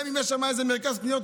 גם אם יש שם איזה מרכז קניות,